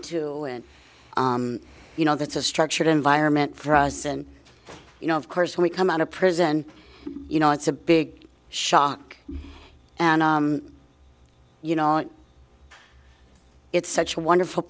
to and you know that's a structured environment for us and you know of course when we come out of prison you know it's a big shock and you know it's such a wonderful